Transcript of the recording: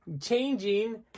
changing